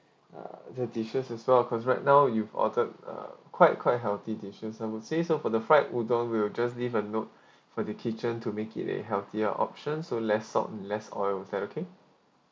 uh the dishes as well because right now you've ordered uh quite quite healthy dishes I would say so for the fried udang we'll just leave a note for the kitchen to make it a healthier option so less salt and less oil is that okay